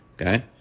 okay